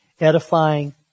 edifying